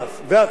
ועכשיו,